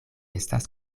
estas